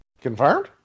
Confirmed